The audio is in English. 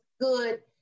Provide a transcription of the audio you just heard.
good